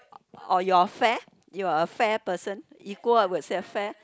or you are fair you are a fair person equal I would say a fair